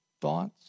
thoughts